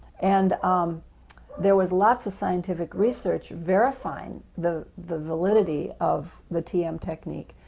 and um there was lots of scientific research verifying the the validity of the tm technique.